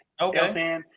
Okay